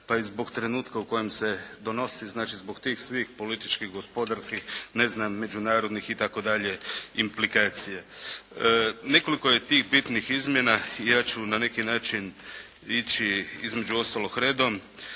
pa i zbog trenutka u kojem se donosi. Znači zbog svih tih političkih, gospodarskih, ne znam, međunarodnih itd. implikacija. Nekoliko je tih bitnih izmjena i ja ću na neki način ići između ostalog redom.